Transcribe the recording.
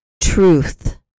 Truth